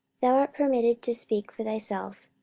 thou art permitted to speak for thyself.